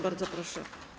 Bardzo proszę.